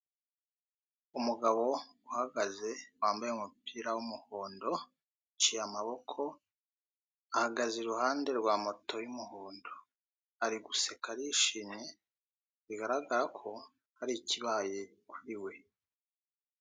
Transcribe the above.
Umugabo uhagaze wambaye umupira w'umuhondo uciye amaboko ahagaze iruhande rwa moto y'umuhondo ari guseka arishimye bigaragara ko hari ikibaye kuri we.